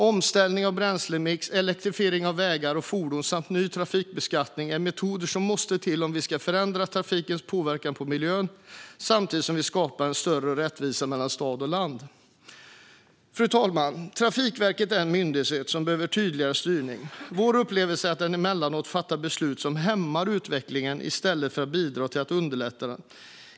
Omställning av bränslemix, elektrifiering av vägar och fordon samt ny trafikbeskattning är metoder som måste till om vi ska förändra trafikens påverkan på miljön samtidigt som vi skapar en större rättvisa mellan stad och land. Fru talman! Trafikverket är en myndighet som behöver tydligare styrning. Vår upplevelse är att den emellanåt fattar beslut som hämmar utvecklingen i stället för att bidra till att underlätta den.